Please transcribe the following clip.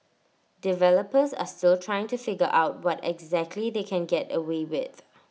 developers are still trying to figure out what exactly they can get away with